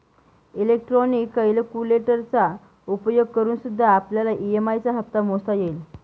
electronic कैलकुलेटरचा उपयोग करूनसुद्धा आपल्याला ई.एम.आई चा हप्ता मोजता येईल